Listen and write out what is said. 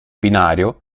binario